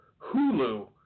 Hulu